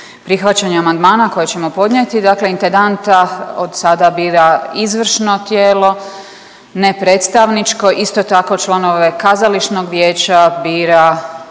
prihvaćanja amandmana koje ćemo podnijeti, dakle intendanta od sada bira izvršno tijelo ne predstavničko, isto tako članove Kazališnog vijeća bira